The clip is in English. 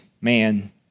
man